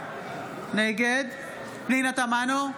נגד פנינה תמנו,